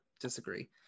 disagree